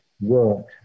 work